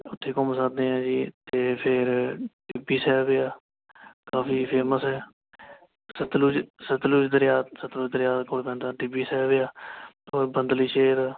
ਉੱਥੇ ਘੁੰਮ ਸਕਦੇ ਐਂ ਜੀ ਅਤੇ ਫਿਰ ਟਿੱਬੀ ਸਾਹਿਬ ਆ ਕਾਫ਼ੀ ਫੇਮਸ ਹੈ ਸਤਿਲੁਜ ਸਤਿਲੁਜ ਦਰਿਆ ਸਤ ਸਤਿਲੁਜ ਦਰਿਆ ਕੋਲ ਪੈਂਦਾ ਟਿੱਬੀ ਸਾਹਿਬ ਆ ਹੋਰ ਬੰਦਲੀ ਸ਼ੇਰ